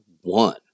one